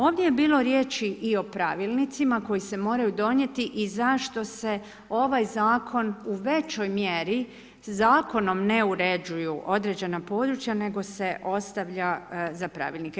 Ovdje je bilo riječi i o pravilnicima koji se moraju donijeti i zašto se ovaj Zakon u većoj mjeri zakonom ne uređuju određena područja nego se ostavlja za pravilnike.